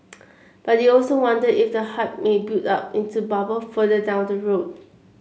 but he also wonder if the hype may build up into bubble further down the road